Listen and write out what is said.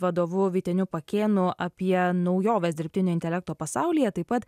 vadovu vyteniu pakėnu apie naujoves dirbtinio intelekto pasaulyje taip pat